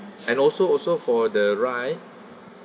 and also also for the ride